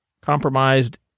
compromised